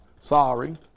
Sorry